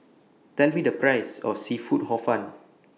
Tell Me The Price of Seafood Hor Fun